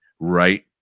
right